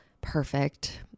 perfect